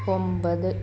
ഒമ്പത്